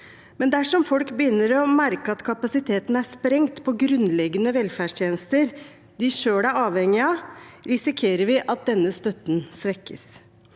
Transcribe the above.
Men dersom folk begynner å merke at kapasiteten er sprengt for grunnleggende velferdstjenester de selv er avhengige av, risikerer vi at denne støtten svekkes.